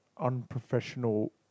unprofessional